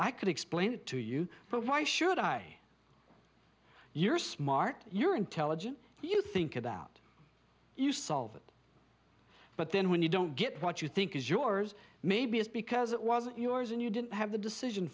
i could explain it to you but why should i you're smart you're intelligent you think about you solve it but then when you don't get what you think is yours maybe it's because it wasn't yours and you didn't have the decision